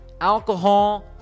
alcohol